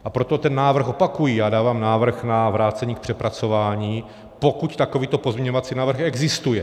A proto opakuji, já dávám návrh na vrácení k přepracování, pokud takovýto pozměňovací návrh existuje.